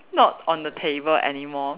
not on the table anymore